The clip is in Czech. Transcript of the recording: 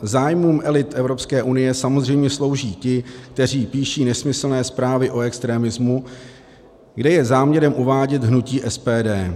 Zájmům elit Evropské unie samozřejmě slouží ti, kteří píší nesmyslné zprávy o extremismu, kde je záměrem uvádět hnutí SPD.